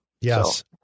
Yes